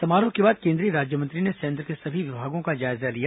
समारोह के बाद केंद्रीय राज्यमंत्री ने संयंत्र के सभी विभागों का जायजा लिया